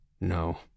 No